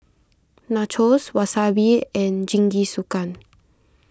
Nachos Wasabi and Jingisukan